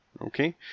Okay